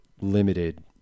limited